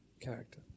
character